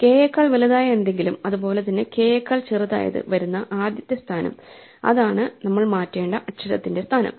k യെക്കാൾ വലുതായ എന്തെങ്കിലും അതുപോലെ തന്നെ k യെക്കാൾ ചെറുതായത് വരുന്ന ആദ്യത്തെ സ്ഥാനം അതാണ് നമ്മൾ മാറ്റേണ്ട അക്ഷരത്തിന്റെ സ്ഥാനം